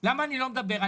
למה אני לא מדבר?